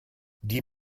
die